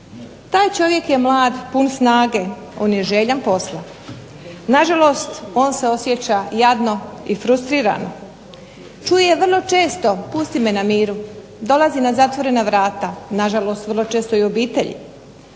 taj čovjek je mlad, pun snage, on je željan posla. Nažalost, on se osjeća jadno i frustrirano. Čuje vrlo često pusti me na miru, dolazi na zatvorena vrata, nažalost vrlo često i obitelji